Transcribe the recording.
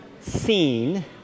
seen